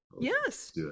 yes